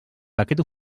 paquet